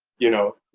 you know,